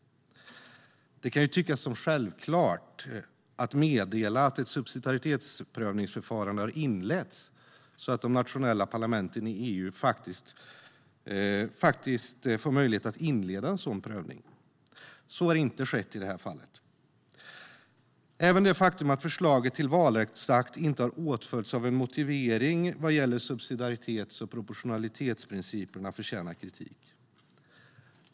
Det kan tyckas vara självklart att meddela att ett subsidiaritetsprövningsförfarande har inletts, så att de nationella parlamenten i EU faktiskt får möjlighet att inleda en sådan prövning, men så har inte skett i det här fallet. Även det faktum att förslaget till valrättsakt inte har åtföljts av en motivering vad gäller subsidiaritets och proportionalitetsprinciperna förtjänar kritik.